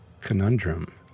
Conundrum